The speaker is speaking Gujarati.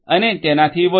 અને તેનાથી વધુ